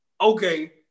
okay